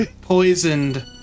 Poisoned